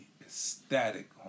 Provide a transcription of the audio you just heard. ecstatic